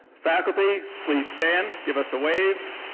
faculty please stand, give us a wave.